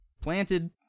planted